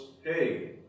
hey